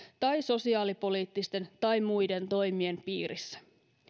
tai sosiaalipoliittisten tai muiden toimien piirissä